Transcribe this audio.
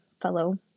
fellow